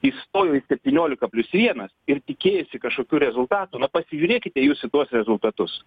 įstojo į septyniolika plius vienas ir tikėjosi kažkokių rezultatų na pasižiūrėkite jūs į tuos rezultatus